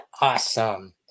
awesome